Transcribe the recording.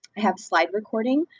have slide recording,